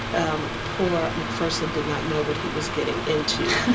um poor mcpherson did not know what he was getting into.